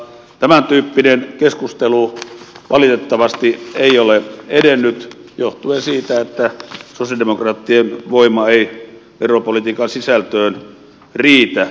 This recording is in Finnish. tämäntyyppinen keskustelu valitettavasti ei ole edennyt johtuen siitä että sosialidemokraattien voima ei veropolitiikan sisältöön riitä